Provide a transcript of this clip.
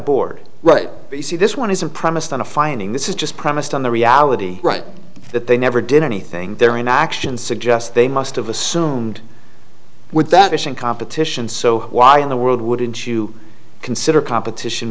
board right you see this one is a premised on a finding this is just premised on the reality right that they never did anything their own actions suggest they must have assumed with that fishing competition so why in the world wouldn't you consider competition